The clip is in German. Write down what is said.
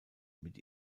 mit